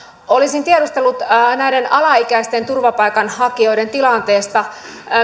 olisin tiedustellut näiden alaikäisten turvapaikanhakijoiden tilanteesta